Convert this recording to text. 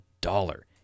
dollar